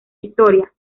historia